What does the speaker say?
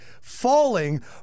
falling